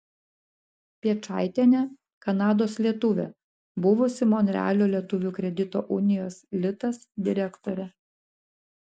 piečaitienė kanados lietuvė buvusi monrealio lietuvių kredito unijos litas direktorė